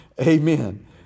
amen